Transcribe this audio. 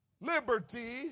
liberty